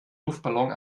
luftballon